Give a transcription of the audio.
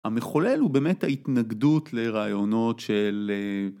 המחולל הוא באמת ההתנגדות לרעיונות של